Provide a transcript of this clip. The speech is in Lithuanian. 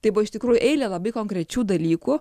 tai buvo iš tikrųjų eilė labai konkrečių dalykų